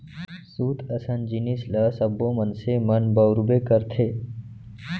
सूत असन जिनिस ल सब्बो मनसे मन बउरबे करथे